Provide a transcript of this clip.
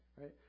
right